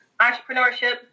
entrepreneurship